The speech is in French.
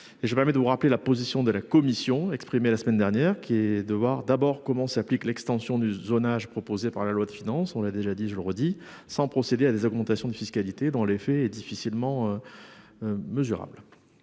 je permets de vous rappeler la position de la Commission exprimé la semaine dernière, qui est de voir d'abord comment s'applique l'extension du zonage proposé par la loi de finances, on l'a déjà dit, je le redis, sans procéder à des augmentations de fiscalité dans les faits est difficilement. Mesurable.